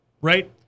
right